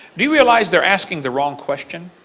do you realize they are asking the wrong question?